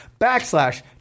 backslash